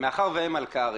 מאחר והם מלכ"רים,